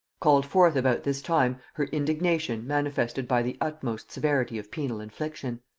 called forth about this time her indignation manifested by the utmost severity of penal infliction.